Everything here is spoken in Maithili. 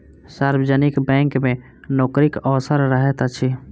सार्वजनिक बैंक मे नोकरीक अवसर रहैत अछि